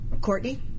Courtney